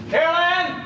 Carolyn